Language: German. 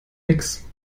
nix